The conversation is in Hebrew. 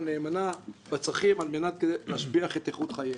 נאמנה ואת צרכיהם על מנת להשביח את איכות חייהם.